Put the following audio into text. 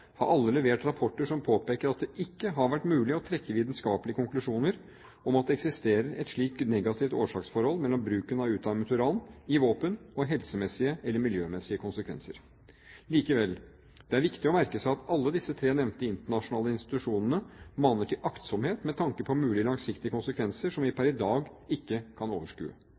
har alle levert rapporter som påpeker at det ikke har vært mulig å trekke vitenskapelige konklusjoner om at det eksisterer et slikt negativt årsaksforhold mellom bruken av utarmet uran i våpen og helsemessige eller miljømessige konsekvenser. Likevel: Det er viktig å merke seg at alle disse tre nevnte internasjonale institusjonene maner til aktsomhet med tanke på mulige langsiktige konsekvenser som vi per i dag ikke kan overskue.